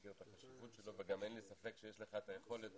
מכיר את החשיבות שלו וגם אין לי ספק שיש לך את היכולת